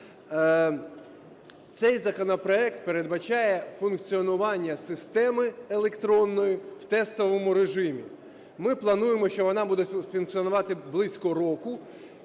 Цей законопроект передбачає функціонування системи електронної в тестовому режимі. Ми плануємо, що вона буде функціонувати близько року,